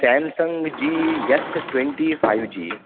Samsung G S twenty five G